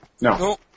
No